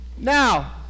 Now